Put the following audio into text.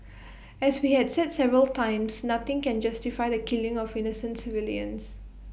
as we have said several times nothing can justify the killing of innocent civilians